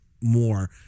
more